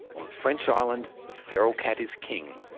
on french island the feral cat is king.